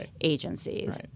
agencies